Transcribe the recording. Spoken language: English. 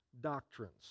Doctrines